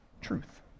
truth